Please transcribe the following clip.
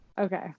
okay